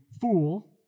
fool